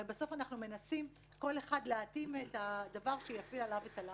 בסוף אנחנו הרי מנסים להתאים לכל אחד את הדבר שיפעיל עליו את הלחץ.